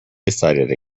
decided